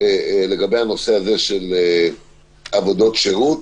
לגבי הנושא הזה של עבודות שירות.